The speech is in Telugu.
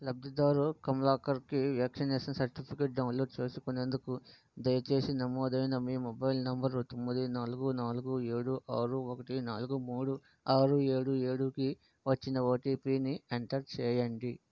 లబ్ధిదారు కమలాకర్కి వ్యాక్సినేషన్ సర్టిఫికేట్ డౌన్లోడ్ చేసుకునేందుకు దయచేసి నమోదైన మీ మొబైల్ నంబర్ తొమ్మిది నాలుగు నాలుగు ఏడు ఆరు ఒకటి నాలుగు మూడు ఆరు ఏడు ఏడుకి వచ్చిన ఓటీపీని ఎంటర్ చేయండి